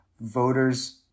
Voters